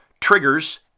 triggers